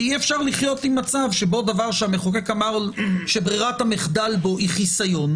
אי-אפשר לחיות עם מצב שבו דבר שהמחוקק אמר שברירת המחדל בו היא חיסיון.